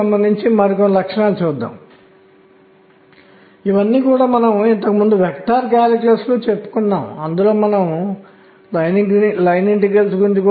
కక్ష్యలో తిరుగుతున్న ఒక ఛార్జ్డ్ కణం యొక్క అయస్కాంత భ్రామకాన్ని సదిశా రూపంలో వ్రాయబోతున్నాం ఇది ఎలక్ట్రాన్ యొక్క e కి సమానంగా ఉంటుంది